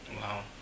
Wow